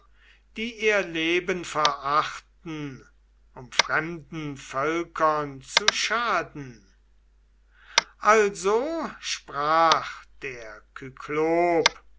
die ihr leben verachten um fremden völkern zu schaden und der